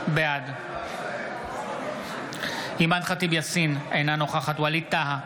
בעד אימאן ח'טיב יאסין, אינה נוכחת ווליד טאהא,